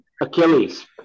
Achilles